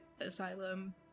asylum